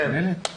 כן.